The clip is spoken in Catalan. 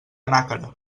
nàquera